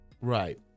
right